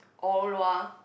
Or-Lua